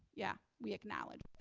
yeah, we acknowledge,